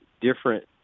different